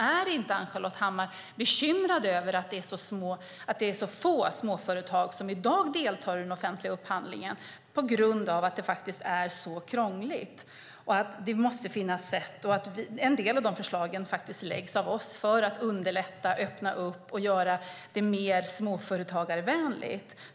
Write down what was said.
Är inte Ann-Charlotte Hammar Johnsson bekymrad över att det är så få småföretag som i dag deltar i den offentliga upphandlingen på grund av att det är så krångligt? Vi lägger fram en del förslag för att underlätta, öppna upp och göra det mer småföretagarvänligt.